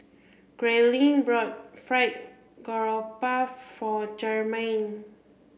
Grayling bought fried Garoupa for Jermain